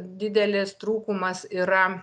didelis trūkumas yra